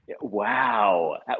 Wow